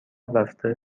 رفته